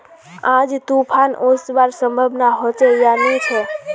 आज तूफ़ान ओसवार संभावना होचे या नी छे?